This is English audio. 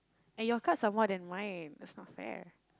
and your cards are more than mine it's not fair